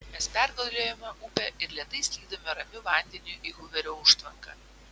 mes pergalėjome upę ir lėtai slydome ramiu vandeniu į huverio užtvanką